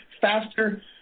faster